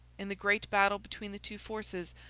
in the great battle between the two forces,